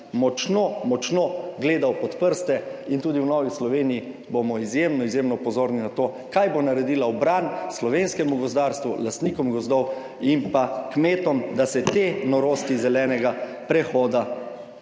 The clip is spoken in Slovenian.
močno, močno gledal pod prste in tudi v Novi Sloveniji bomo izjemno, izjemno pozorni na to, kaj bo naredila v bran slovenskemu gozdarstvu, lastnikom gozdov in pa kmetom, da se te norosti zelenega prehoda